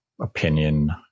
opinion